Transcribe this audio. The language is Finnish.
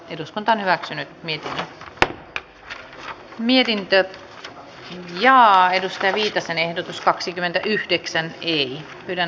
eduskunta edellyttää etä hallitus parantaa kansanopistojen valmiuksia maahanmuuttajien kotouttamisen edistämiseksi